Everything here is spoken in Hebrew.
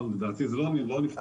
לא, זה לא נפתר.